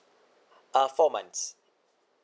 ah four months